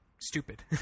stupid